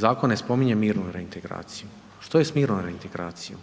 Zakon ne spominje mirnu reintegraciju. Što je s mirnom reintegracijom?